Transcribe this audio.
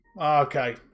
Okay